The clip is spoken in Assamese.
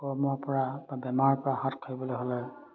কৰ্মৰ পৰা বা বেমাৰৰ পৰা হাত সাৰিবলৈ হ'লে